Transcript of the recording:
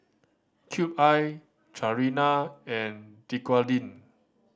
Cube I Chanira and Dequadin